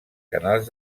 canals